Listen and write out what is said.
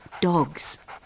dogs